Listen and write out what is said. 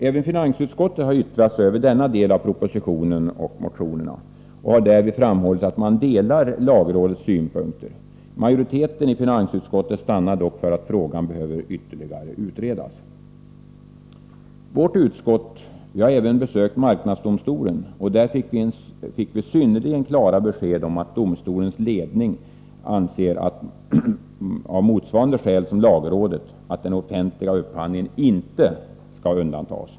Även finansutskottet har yttrat sig över denna del av propositionen och motionerna och har därvid framhållit att man delar lagrådets synpunkter. Majoriteten i finansutskottet stannar dock för att frågan behöver utredas ytterligare. Vårt utskott har även besökt marknadsdomstolen, och där fick vi synnerligen klara besked om att domstolens ledning anser, av motsvarande skäl som lagrådet, att den offentliga upphandlingen inte skall undantas.